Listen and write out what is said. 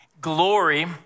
Glory